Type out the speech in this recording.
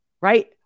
Right